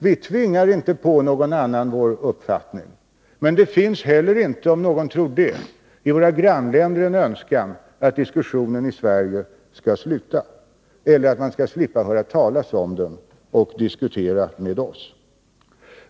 Vi tvingar inte på någon vår uppfattning, men det finns heller inte, om någon tror det, i våra grannländer en önskan att diskussionen i Sverige skall upphöra, eller att man skall slippa höra talas om den och diskutera med oss.